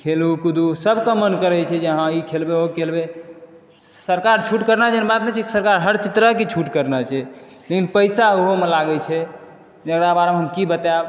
खेलूँ कूदूँ सबके मन करय छै जे हँ इ खेलबै ओ खेलबै सरकार छूट करने छै अहाँ बात नहि छै सरकार हर तरह के छूट करने छै लेकिन पैसा ओहो लगाबै छै जेकरा बारेमे हम की बतैब